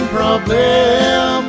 problem